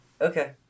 okay